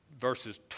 verses